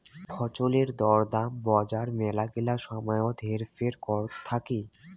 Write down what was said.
ফছলের দর দাম বজার মেলাগিলা সময়ত হেরফের করত থাকি